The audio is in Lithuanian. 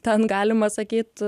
ten galima sakyt